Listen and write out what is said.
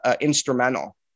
instrumental